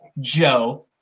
Joe